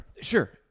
Sure